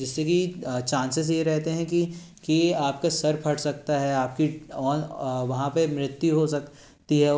जिससे कि चानसेस ये रहते हैं कि की आपका सिर फट सकता है आपकी वहाँ पे मृत्यु हो सकती है